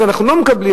אז אנחנו לא מקבלים,